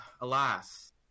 Alas